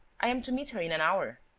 i am to meet her in an hour.